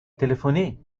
téléphoner